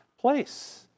place